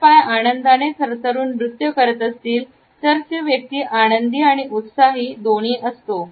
जर पाय आनंदाने थरथरून नृत्य करत असतील तर तो व्यक्ती आळंदी आणि उत्साही दोन्ही असतो